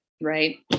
right